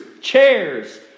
chairs